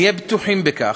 נהיה בטוחים בכך,